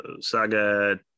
Saga